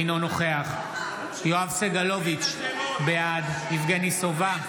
אינו נוכח יואב סגלוביץ' בעד יבגני סובה,